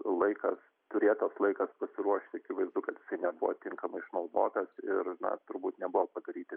laikas turėtas laikas pasiruošti akivaizdu kad nebuvo tinkamai išnaudotas ir na turbūt nebuvo padaryti